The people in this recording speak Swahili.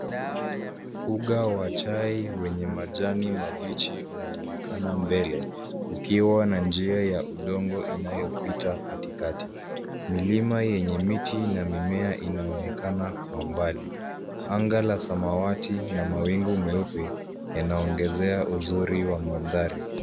Uga wa chai wenye majani mabichi unaonekana mbele ukiwa na njia ya udongo inayopita katikati. Milima yenye miti na mimea inaonekana kwa mbali. Anga la samawati na mawingu meupe yanongezea uzuri wa mandhari.